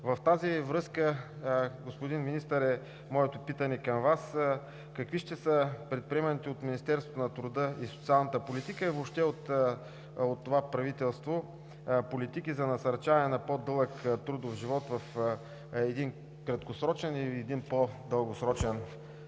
В тази връзка, господин Министър, е моето питане към Вас: какви ще са предприеманите от Министерството на труда и социалната политика и въобще от това правителство политики за насърчаване на по-дълъг трудов живот в един краткосрочен и един по-дългосрочен